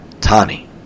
Tani